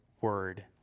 word